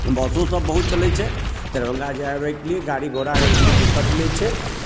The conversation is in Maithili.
बसो सभ बहुत चलैत छै दरभङ्गा जाय अबैके लिए गाड़ी घोड़ाके कोनो दिक्कत नहि छै